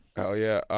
hell, yeah. ah.